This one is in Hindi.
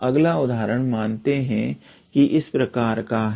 अगला उदाहरण मानते है कि इस प्रकार का है